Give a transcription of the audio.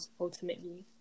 ultimately